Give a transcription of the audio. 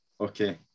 Okay